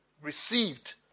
received